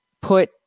put